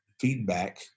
feedback